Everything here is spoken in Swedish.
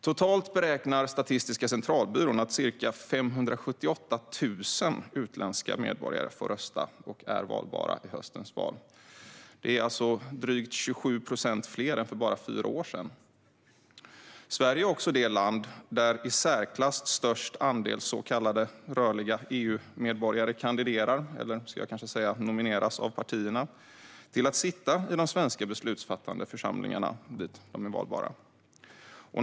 Totalt beräknar Statistiska centralbyrån att ca 578 000 utländska medborgare får rösta och är valbara i höstens val, vilket är drygt 27 procent mer än för bara fyra år sedan. Sverige är också det land där i särklass flest så kallade rörliga EU-medborgare kandiderar eller nomineras av partierna till att sitta i de svenska beslutsfattande församlingar dit de är valbara.